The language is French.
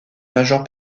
majeure